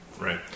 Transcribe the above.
right